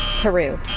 Peru